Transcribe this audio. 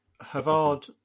Havard